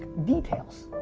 details.